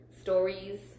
stories